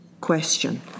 question